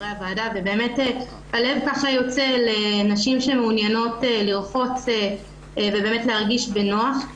באמת הלב יוצא לנשים שמעוניינות לרחוץ ובאמת להרגיש בנוח.